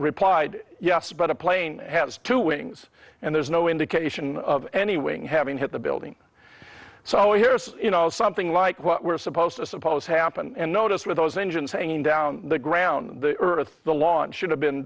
replied yes but a plane has two wings and there's no indication of any wing having hit the building so here is something like what we're supposed to suppose happened and notice where those engines hanging down the ground the earth the lawn should have been